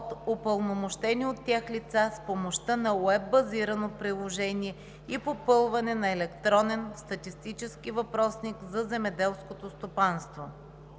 от упълномощени от тях лица с помощта на уеб-базирано приложение и попълване на електронен статистически въпросник за земеделското стопанство.